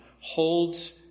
holds